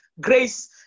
Grace